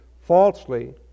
falsely